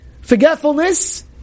forgetfulness